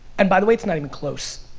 and by the way, it's not even close.